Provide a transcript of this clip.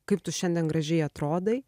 kaip tu šiandien gražiai atrodai